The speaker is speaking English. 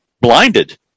blinded